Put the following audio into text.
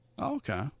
Okay